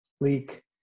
leak